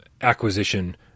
acquisition